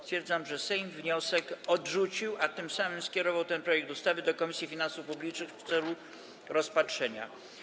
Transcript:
Stwierdzam, że Sejm wniosek odrzucił, a tym samym skierował ten projekt ustawy do Komisji Finansów Publicznych w celu rozpatrzenia.